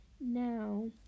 Now